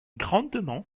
grandement